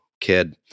kid